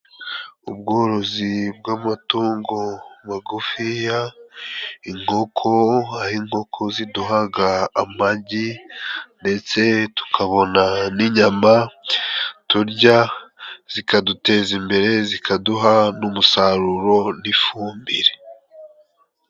Ubworozi bw'amatungo magufiya, inkoko, aho inkoko ziduhaga amagi, ndetse tukabona n'inyama turya, zikaduteza imbere, zikaduha n'umusaruro n'ifumbire.